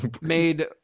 made